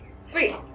Sweet